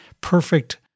perfect